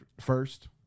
first